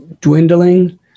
dwindling